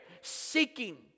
seeking